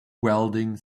welding